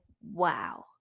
wow